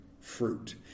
fruit